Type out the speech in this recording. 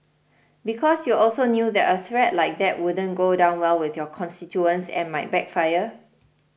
because you also knew that a threat like that wouldn't go down well with your constituents and might backfire